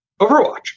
Overwatch